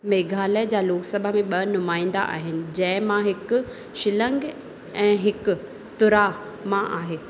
मेघालय जा लोकसभा में ॿ नुमाइंदा आहिनि जंहिंमां हिकु शिल्लंग ऐं हिकु तुरा मां आहे